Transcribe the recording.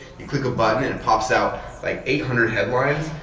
you click a button, and it pops out like eight hundred headlines.